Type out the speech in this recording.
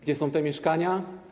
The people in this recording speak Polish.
Gdzie są te mieszkania?